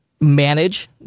manage